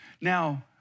Now